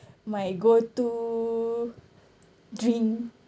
my go to dream